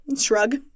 Shrug